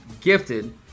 gifted